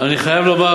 אני חייב לומר,